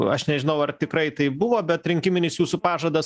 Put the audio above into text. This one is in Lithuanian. aš nežinau ar tikrai tai buvo bet rinkiminis jūsų pažadas